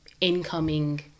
incoming